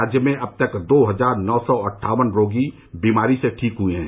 राज्य में अब तक दो हजार नौ सौ अट्ठारह रोगी बीमारी से ठीक हुए हैं